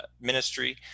ministry